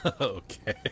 Okay